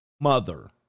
mother